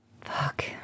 Fuck